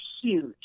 huge